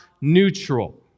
neutral